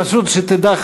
פשוט שתדע,